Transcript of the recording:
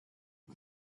and